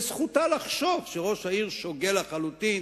וזכותה לחשוב שראש העיר שוגה לחלוטין